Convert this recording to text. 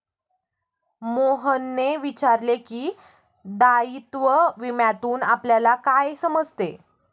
मोहनने विचारले की, दायित्व विम्यातून आपल्याला काय समजते?